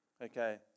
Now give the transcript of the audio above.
Okay